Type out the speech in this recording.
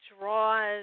draws